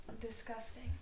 disgusting